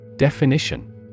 Definition